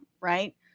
right